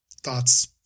thoughts